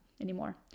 anymore